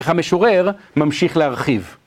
המשורר ממשיך להרחיב